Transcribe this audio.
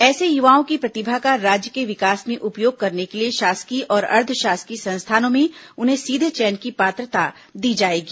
ऐसे युवाओं की प्रतिभा का राज्य के विकास में उपयोग करने के लिये शासकीय और अर्द्वषासकीय संस्थानों में उन्हें सीधे चयन की पात्रता दी जायेगी